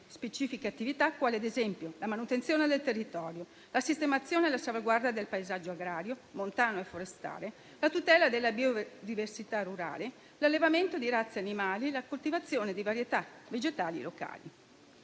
specifiche attività, come ad esempio la manutenzione del territorio, la sistemazione e la salvaguardia del paesaggio agrario, montano e forestale, la tutela della biodiversità rurale, l'allevamento di razze animali e la coltivazione di varietà vegetali locali.